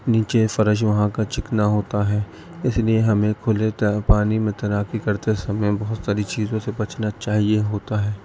نیچے فرش وہاں کا چکنا ہوتا ہے اسی لیے ہمیں کھلے پانی میں تیراکی کرتے سمے بہت ساری چیزوں سے بچنا چاہیے ہوتا ہے